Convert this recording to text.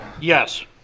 Yes